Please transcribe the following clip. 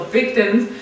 victims